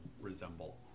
resemble